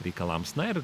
reikalams na ir